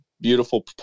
beautiful